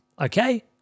Okay